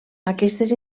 aquestes